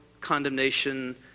condemnation